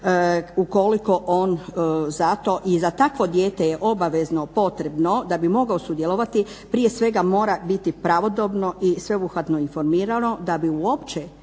ukoliko on za to i za takvo dijete je obavezno potrebno da bi mogao sudjelovati prije svega mora biti pravodobno i sveobuhvatno informirano da bi uopće